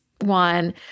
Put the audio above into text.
one